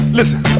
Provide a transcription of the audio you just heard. listen